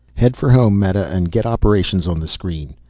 head for home, meta, and get operations on the screen.